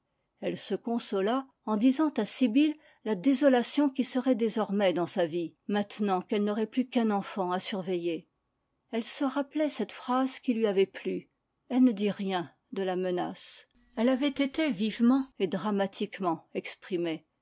elle se consola en disant à sibyl la désolation qui serait désormais dans sa vie maintenant qu'elle n'aurait plus qu'un enfant à surveiller elle se rappelait cette phrase qui lui avait plu elle ne dit rien de la menace elle avait été vivement et dramatiquement exprimée